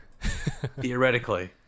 theoretically